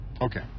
Okay